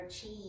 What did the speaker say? cheese